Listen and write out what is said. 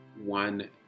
one